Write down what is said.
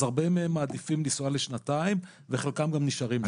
אז הרבה מהם מעדיפים לנסוע לשנתיים וחלקם גם נשארים שם.